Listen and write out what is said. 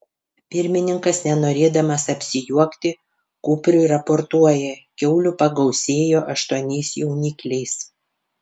pirmininkas nenorėdamas apsijuokti kupriui raportuoja kiaulių pagausėjo aštuoniais jaunikliais